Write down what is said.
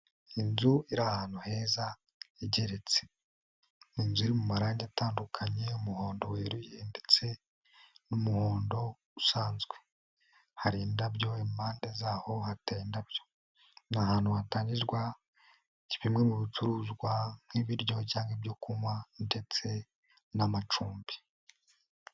Inzu iri ahantu heza igeretse. Ni inzu iri mu marange atandukanye y'umuhondo weruye, ndetse n'umuhondo usanzwe. Hari indabyo impande zaho hateye indabyo. Ni ahantu hatangirwa bimwe mu bicuruzwa nk'ibiryo, cyangwa ibyo kunywa ndetse n'amacumbi.